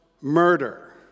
murder